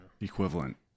equivalent